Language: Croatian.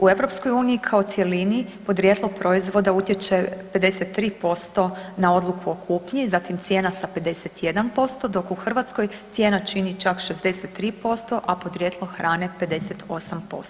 U Europskoj uniji kao cjelini, podrijetlo proizvoda utječe 53% na odluku o kupnji, zatim cijena za 51%, dok u Hrvatskoj cijena čini čak 63%, a podrijetlo hrane 58%